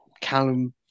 Callum